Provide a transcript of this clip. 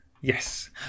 Yes